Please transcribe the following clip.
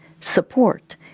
support